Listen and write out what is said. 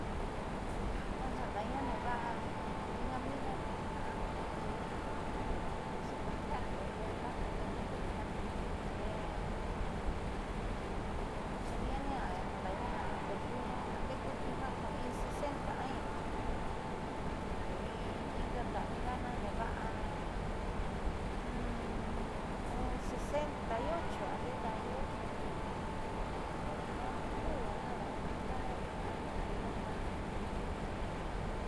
Pues a da'aña neevaá in amiga na ka'a ada'aña amiga ni atiuu xeconfiarndo ndiaa ta ku gentendo vitnaa tee xe'eni'ini ada'aña jan nde'ekuniu in sesenta años tee ingaka amiga na neeva'a sesenta y ocho andee daá i'ooniu pero jiooni uu ada'aña amigana io adi maá.